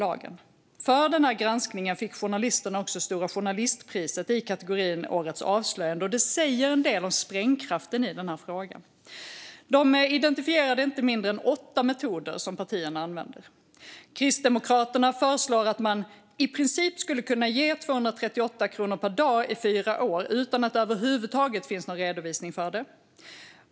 För denna granskning fick journalisterna också Stora journalistpriset i kategorin årets avslöjande. Det säger en del om sprängkraften i denna fråga. De identifierade inte mindre än åtta metoder som partierna använder. Kristdemokraterna föreslår att man i princip skulle kunna ge 238 kronor per dag i fyra år utan att det över huvud taget finns någon redovisning av det.